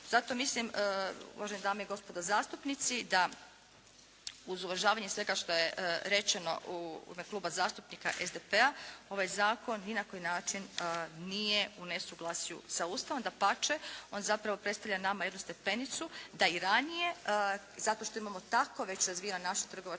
Zato mislim uvažene dame i gospodo zastupnici da uz uvažavanje svega što je rečeno u ime Kluba zastupnika SDP-a ovaj Zakon ni na koji način nije u nesuglasju sa Ustavom, dapače on zapravo predstavlja nama jednu stepenicu da i ranije zato što imamo tako već razvijeno naše trgovačko